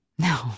No